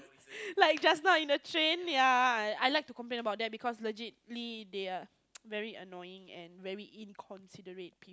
like just now in the train ya I like to complain about them because legit ~ly they are very annoying and very inconsiderate peep